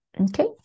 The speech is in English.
Okay